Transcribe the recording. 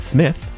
Smith